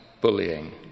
bullying